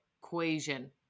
equation